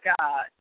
God